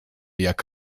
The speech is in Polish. jak